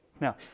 Now